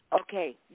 Okay